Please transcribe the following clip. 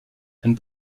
and